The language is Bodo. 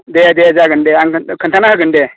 दे दे जागोन दे आं खोनथाना होगोन दे